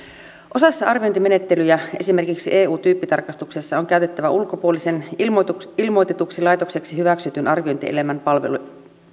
osassa arviointimenettelyjä esimerkiksi eu tyyppitarkastuksessa on käytettävä ulkopuolisen ilmoitetuksi ilmoitetuksi laitokseksi hyväksytyn arviointielimen